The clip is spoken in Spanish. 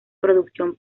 producción